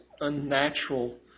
unnatural